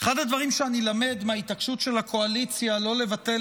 אחד הדברים שאני למד מההתעקשות של הקואליציה לא לבטל